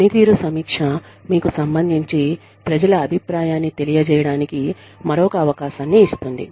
పనితీరు సమీక్ష మీకు సంబంధించి ప్రజల అభిప్రాయాన్ని తెలియజేయడానికి మరొక అవకాశాన్ని ఇస్తుంది